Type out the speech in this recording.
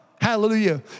Hallelujah